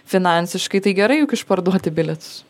finansiškai tai gerai juk išparduoti bilietus